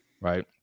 Right